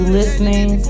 listening